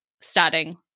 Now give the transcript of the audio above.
starting